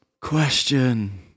question